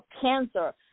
cancer